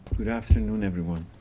good afternoon everyone,